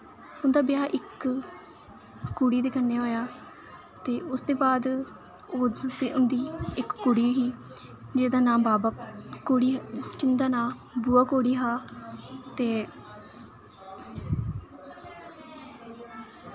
उं'दा ब्याह् इक कुड़ी दे कन्नै होएआ ते उसदे बाद ओह् ते उं'दी इक कुड़ी ही जेह्दा नाम बुआ कोड़ी जिं'दा नां बुआ कोड़ी हा ते